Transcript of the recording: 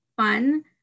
fun